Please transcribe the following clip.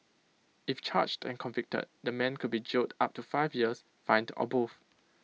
if charged and convicted the man could be jailed up to five years fined or both